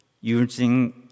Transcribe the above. using